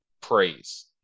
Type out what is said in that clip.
praise